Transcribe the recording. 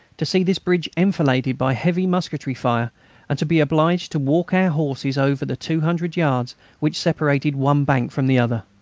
to see this bridge enfiladed by heavy musketry fire and to be obliged to walk our horses over the two hundred yards which separated one bank from the other?